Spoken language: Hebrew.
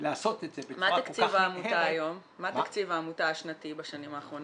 מה תקציב העמותה השנתי בשנים האחרונות?